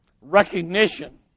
recognition